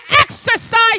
exercise